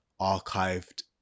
archived